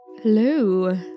Hello